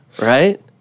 right